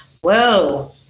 whoa